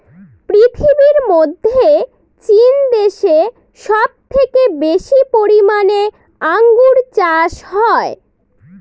পৃথিবীর মধ্যে চীন দেশে সব থেকে বেশি পরিমানে আঙ্গুর চাষ হয়